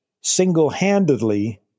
single-handedly